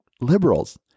liberals